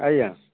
ଆଜ୍ଞା